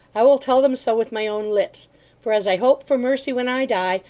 i will tell them so with my own lips for as i hope for mercy when i die,